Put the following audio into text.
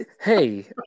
hey